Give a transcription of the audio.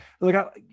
look